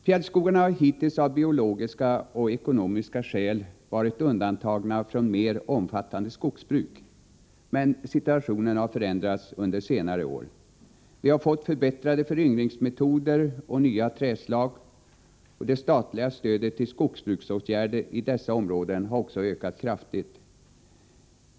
Fjällskogarna har hittills, av biologiska och ekonomiska skäl, varit undantagna från mer omfattande skogsbruk. Situationen har dock förändrats under senare år. Vi har fått förbättrade föryngringsmetoder och nya trädslag. Det statliga stödet till skogsbruksåtgärder i dessa områden har också ökat kraftigt.